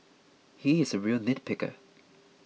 he is a real nitpicker